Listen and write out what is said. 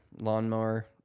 Lawnmower